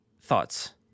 Thoughts